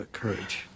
courage